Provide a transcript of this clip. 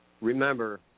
Remember